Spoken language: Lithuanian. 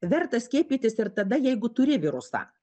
verta skiepytis ir tada jeigu turi virusą